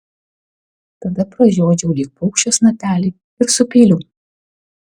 tada pražiodžiau lyg paukščio snapelį ir supyliau